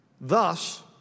Thus